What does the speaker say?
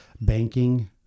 Banking